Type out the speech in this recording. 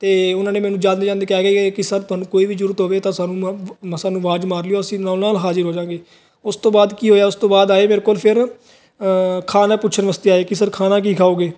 ਤੇ ਉਹਨਾਂ ਨੇ ਮੈਨੂੰ ਜਲਦੀ ਕਹਿ ਗਏ ਕਿ ਸਰ ਤੁਹਾਨੂੰ ਕੋਈ ਵੀ ਜਰੂਰਤ ਹੋਵੇ ਤਾਂ ਸਾਨੂੰ ਆਵਾਜ਼ ਮਾਰ ਲਈ ਅਸੀਂ ਨਾਲ ਨਾਲ ਹਾਜੀ ਹੋ ਜਾਾਂਗੇ ਉਸ ਤੋਂ ਬਾਅਦ ਕੀ ਹੋਇਆ ਉਸ ਤੋਂ ਬਾਅਦ ਆਏ ਮੇਰੇ ਕੋਲ ਫਿਰ ਖਾਨ ਨੇ ਪੁੱਛਣ ਵਾਸਤੇ ਆਏ ਕਿ ਸਰ ਖਾਣਾ ਕੀ ਖਾਓਗੇ